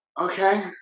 Okay